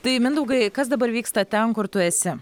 tai mindaugai kas dabar vyksta ten kur tu esi